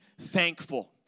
thankful